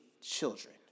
children